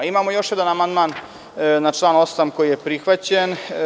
Imamo još jedan amandman na član 8. koji je prihvaćen.